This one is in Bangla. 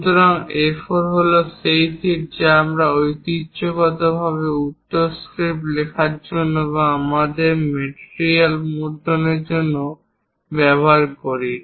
সুতরাং A4 হল সেই শীট যা আমরা ঐতিহ্যগতভাবে উত্তর স্ক্রিপ্ট লেখার জন্য বা আমাদের মেটেরিয়াল মুদ্রণের জন্য ব্যবহার করি